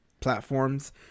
platforms